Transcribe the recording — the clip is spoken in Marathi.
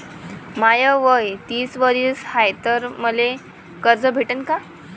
माय वय तीस वरीस हाय तर मले कर्ज भेटन का?